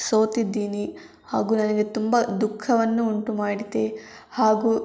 ಸೋತಿದ್ದೀನಿ ಹಾಗೂ ನನಗೆ ತುಂಬ ದುಃಖವನ್ನು ಉಂಟು ಮಾಡಿದೆ ಹಾಗೂ